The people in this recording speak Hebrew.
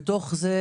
בתוך זה,